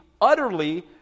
utterly